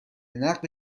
نقد